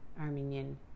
Armenian